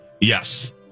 Yes